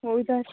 ହଉ ତାହେଲେ